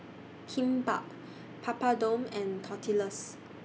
Kimbap Papadum and Tortillas